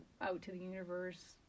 out-to-the-universe